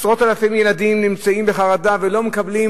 עשרות אלפי ילדים נמצאים בחרדה ולא מקבלים